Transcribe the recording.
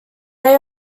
they